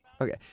Okay